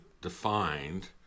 defined